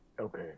okay